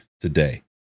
today